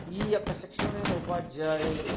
ఈయొక్క శిక్షణ లేని ఉపాధ్యాయులు